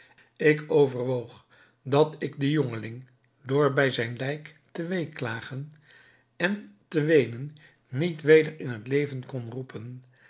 ik overwoog dat ik den jongeling door bij zijn lijk te weeklagen en te weenen niet weder in het leven kon roepen